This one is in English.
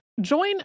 Join